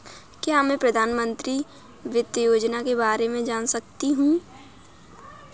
क्या मैं प्रधानमंत्री वित्त योजना के बारे में जान सकती हूँ?